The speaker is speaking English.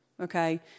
okay